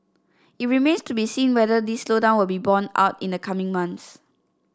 it remains to be seen whether this slowdown will be borne out in the coming months